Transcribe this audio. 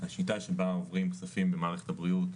השיטה שבה עוברים כספים למערכת הבריאות,